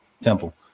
Temple